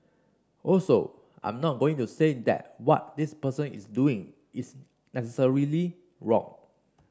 also I'm not going to say that what this person is doing is necessarily wrong